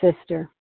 sister